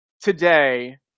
today